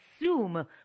assume